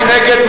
מי נגד?